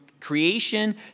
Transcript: creation